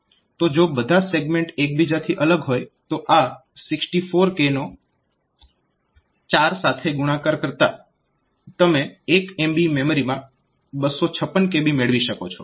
તો જો બધા સેગમેન્ટ એકબીજાથી અલગ હોય તો આ 64k નો 4 સાથે ગુણાકાર કરતા તમે 1 MB મેમરીમાં 256 kB મેળવી શકો છો